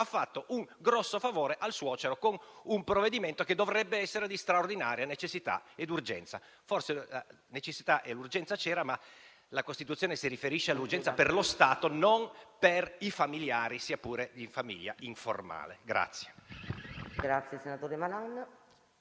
ha fatto un grosso favore al suocero con un provvedimento che dovrebbe essere di straordinaria necessità ed urgenza. Forse necessità e urgenza c’erano, ma la Costituzione si riferisce all’urgenza per lo Stato, non per i familiari, sia pure in famiglia informale. Atti